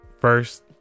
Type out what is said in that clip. first